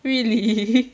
really